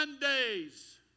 days